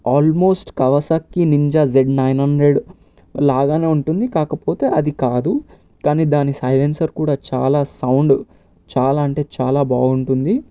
almost Kawasaki Ninja Z nine hundred లాగానే ఉంటుంది కాకపోతే అది కాదు కానీ దాని సైలెన్సర్ కూడా చాలా సౌండ్ చాలా అంటే చాలా బాగుంటుంది